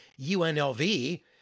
UNLV